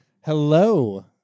Hello